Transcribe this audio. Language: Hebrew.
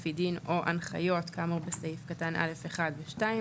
לפי דין או הנחיות כאמור בסעיף קטן (א) (1) ו-(2).